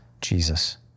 Jesus